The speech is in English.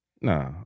Nah